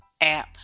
app